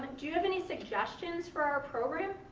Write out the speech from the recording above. do you have any suggestions for our program?